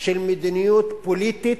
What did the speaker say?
של מדיניות פוליטית,